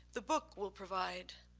the book will provide.